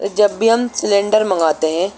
جب بھی ہم سلینڈر منگاتے ہیں